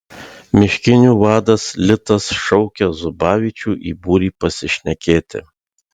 miškinių vadas litas šaukia zubavičių į būrį pasišnekėti